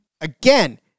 Again